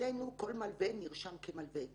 אצלנו כל מלווה נרשם כמלווה,